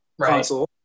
console